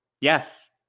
Yes